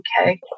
Okay